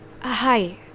Hi